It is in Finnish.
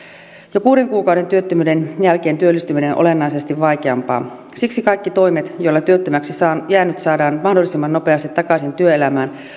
jo kuuden kuukauden työttömyyden jälkeen työllistyminen on olennaisesti vaikeampaa siksi kaikki toimet joilla työttömäksi jäänyt saadaan mahdollisimman nopeasti takaisin työelämään